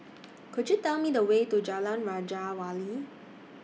Could YOU Tell Me The Way to Jalan Raja Wali